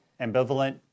ambivalent